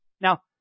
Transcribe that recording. Now